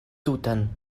tutan